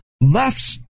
left's